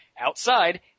Outside